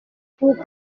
pour